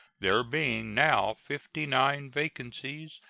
there being now fifty-nine vacancies,